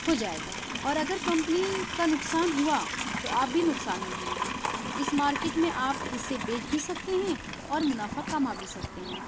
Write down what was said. ہو جائے گا اور اگر کمپنی کا نقصان ہوا تو آپ بھی نقصان میں ہوں گے اس مارکیٹ میں آپ حصے بیچ بھی سکتے ہیں اور منافع کما بھی سکتے ہیں